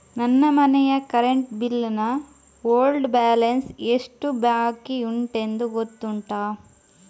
ನನ್ನ ಮನೆಯ current bill ನ ಓಲ್ಡ್ ಬ್ಯಾಲೆನ್ಸ್ ಎಷ್ಟು ಬಾಕಿಯುಂಟೆಂದು ಗೊತ್ತುಂಟ?